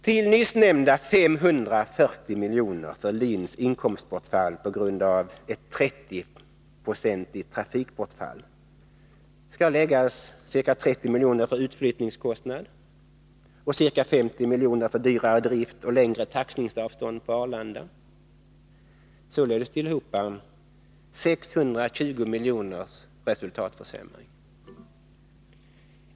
Till nyssnämnda 540 miljoner för LIN:s inkomstbortfall på grund av ett 30-procentigt trafikbortfall skall läggas ca 30 miljoner för utflyttningskostnad och ca 50 miljoner för dyrare drift och längre taxningsavstånd på Arlanda, således tillhopa 620 miljoners resultatförsämring.